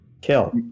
Kill